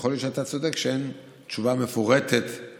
ויכול להיות שאתה צודק שאין תשובה מפורטת על